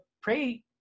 pray